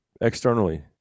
externally